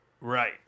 Right